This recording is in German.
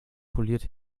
poliert